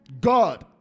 God